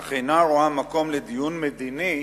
אך אינה רואה מקום לדיון מדיני